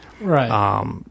Right